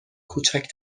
کوچک